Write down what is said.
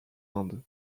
inde